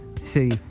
See